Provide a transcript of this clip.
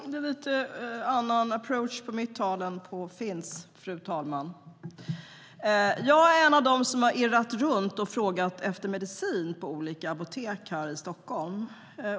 STYLEREF Kantrubrik \* MERGEFORMAT Apoteks och läkemedelsfrågorJag är en av dem som har irrat runt och frågat efter medicin på olika apotek här i Stockholm.